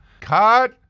Cut